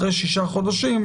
אחרי שישה חודשים,